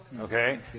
Okay